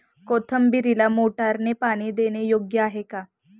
कोथिंबीरीला मोटारने पाणी देणे योग्य आहे का?